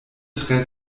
tre